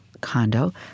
condo